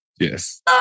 Yes